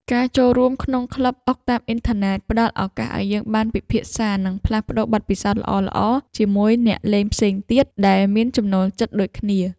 ការចូលរួមក្នុងក្លឹបអុកតាមអ៊ីនធឺណិតផ្តល់ឱកាសឱ្យយើងបានពិភាក្សានិងផ្លាស់ប្តូរបទពិសោធន៍ល្អៗជាមួយអ្នកលេងផ្សេងទៀតដែលមានចំណូលចិត្តដូចគ្នា។